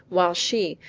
while she,